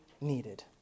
needed